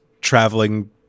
traveling